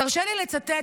תרשה לי לצטט,